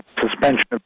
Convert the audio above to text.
suspension